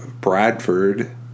Bradford